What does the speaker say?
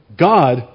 God